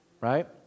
right